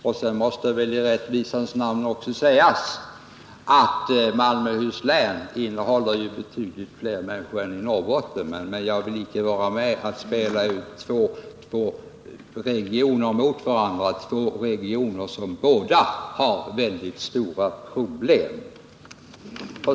I rättvisans namn måste väl också sägas att Malmöhus län omfattar betydligt fler människor än Norrbotten, men jag vill som sagt inte vara med om att spela ut två regioner mot varandra, två regioner som båda har väldigt stora problem.